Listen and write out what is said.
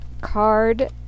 card